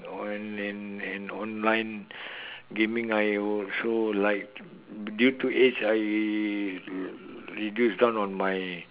on and and online gaming I also like due to age I reduce down on my